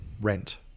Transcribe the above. rent